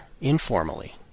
informally